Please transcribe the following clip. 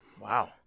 Wow